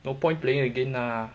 no point playing again ah